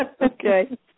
okay